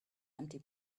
empty